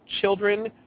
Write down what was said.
children